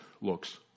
looks